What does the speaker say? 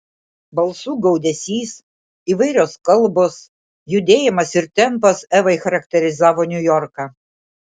balsų gaudesys įvairios kalbos judėjimas ir tempas evai charakterizavo niujorką